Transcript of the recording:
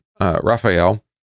Raphael